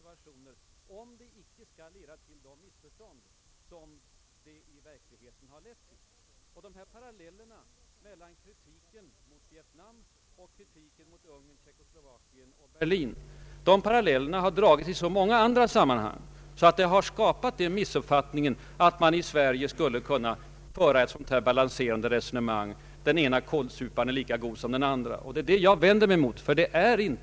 Eljest uppkommer de missförstånd om vår hållning som jag påtalat. Parallellerna mellan kritiken i fallet Vietnam och i fallen Ungern, Tjeckoslovakien och Berlin har av regeringen dragits i så många andra sammanhang att den missuppfattningen faktiskt uppstått att Sverige anser att den ene ”kålsuparen” är lika god som den andre.